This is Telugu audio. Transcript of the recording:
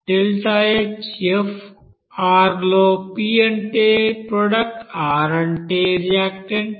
ΔHfR లో P అంటే ప్రోడక్ట్ R అంటే రియాక్టెంట్